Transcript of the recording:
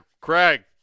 craig